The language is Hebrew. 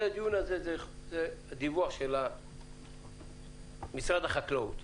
הרי הדיון הזה הוא דיווח של משרד החקלאות.